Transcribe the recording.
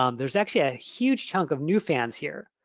um there's actually a huge chunk of new fans here.